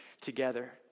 together